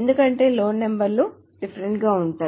ఎందుకంటే loan number లు different గా ఉంటాయి